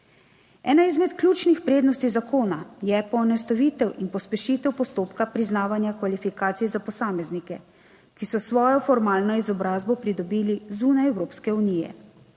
Ena izmed ključnih prednosti zakona je poenostavitev in pospešitev postopka priznavanja kvalifikacij za posameznike, ki so svojo formalno izobrazbo pridobili zunaj Evropske unije.